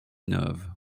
neuve